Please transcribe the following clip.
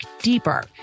deeper